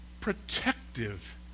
protective